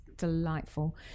delightful